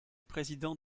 président